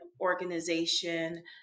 organization